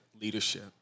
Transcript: leadership